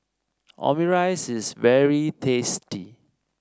Omurice is very tasty